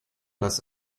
das